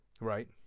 Right